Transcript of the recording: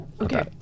okay